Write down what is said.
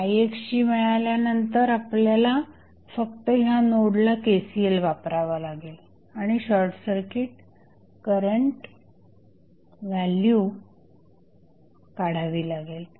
ix ची मिळाल्यानंतर आपल्याला फक्त ह्या नोडला KCL वापरावा लागेल आणि शॉर्टसर्किट करंट व्हॅल्यू काढावी लागेल